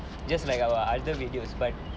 just like our other videos but